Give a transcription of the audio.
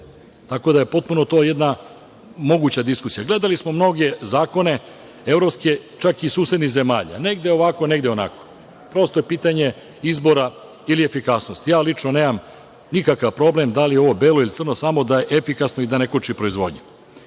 bira. Tako da je potpuno to jedna moguća diskusija. Gledali smo mnoge zakone evropske, čak i susednih zemalja. Negde ovako, negde onako. Prosto je pitanje izbora ili efikasnosti. Ja lično nemam nikakav problem da li je ovo belo ili crno, samo da je efikasno i da ne koči proizvodnju.